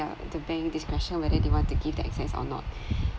the bank discretion whether they want to give the access or not